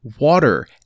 water